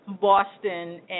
Boston